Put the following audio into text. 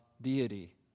deity